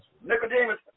Nicodemus